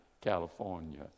California